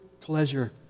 pleasure